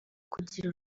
kugira